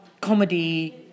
comedy